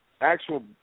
actual